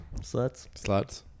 Sluts